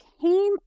came